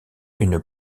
une